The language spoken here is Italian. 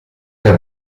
per